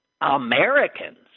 Americans